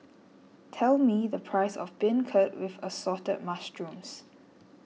tell me the price of Beancurd with Assorted Mushrooms